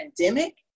pandemic